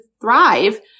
thrive